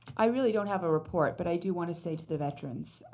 i really don't have a report, but i do want to say to the veterans,